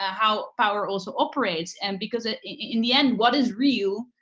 ah how power also operates. and because ah in the end, what is real?